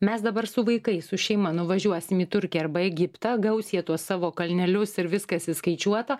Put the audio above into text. mes dabar su vaikais su šeima nuvažiuosim į turkiją arba egiptą gaus jie tuos savo kalnelius ir viskas įskaičiuota